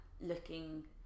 looking